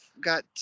got